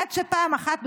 עד שפעם אחת,